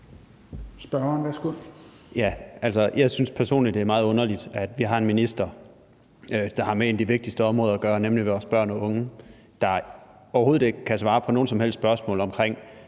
Jeg synes personligt, det er meget underligt, at vi har en minister, der har med et af de vigtigste områder at gøre, nemlig vores børn og unge, men som overhovedet ikke kan svare på nogen som helst spørgsmål omkring